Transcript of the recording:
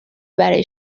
برای